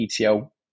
ETL